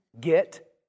get